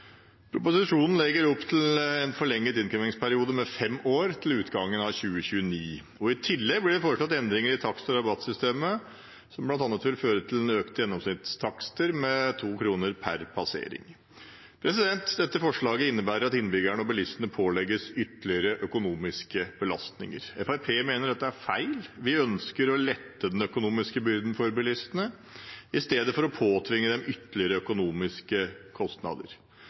Proposisjonen legger opp til å forlenge innkrevingsperioden med fem år, til utgangen av 2029. I tillegg blir det foreslått endringer i takst- og rabattsystemet, som bl.a. vil føre til at gjennomsnittstakstene blir økt med 2 kr per passering. Dette forslaget innebærer at innbyggerne og bilistene pålegges ytterligere økonomiske belastninger. Fremskrittspartiet mener at dette er feil. Vi ønsker å lette den økonomiske byrden for bilistene i stedet for å påtvinge dem ytterligere økonomiske kostnader.